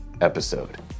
episode